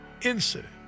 incident